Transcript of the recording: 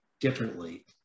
differently